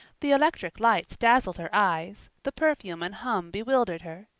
the electric lights dazzled her eyes, the perfume and hum bewildered her.